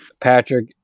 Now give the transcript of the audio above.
Patrick